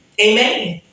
Amen